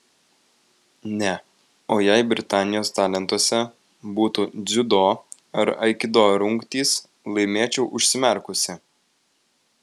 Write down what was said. ne o jei britanijos talentuose būtų dziudo ar aikido rungtys laimėčiau užsimerkusi